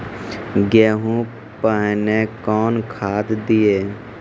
गेहूँ पहने कौन खाद दिए?